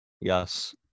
Yes